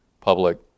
public